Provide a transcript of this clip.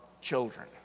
children